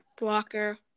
blocker